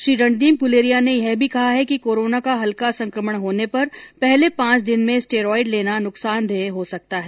श्री रणदीप गुलेरिया ने यह भी कहा है कि कोरोना का हल्का संकमण होने पर पहले पांच दिन में स्टेरॉएड लेना नुकसानदेह हो सकता है